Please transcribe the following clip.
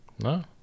No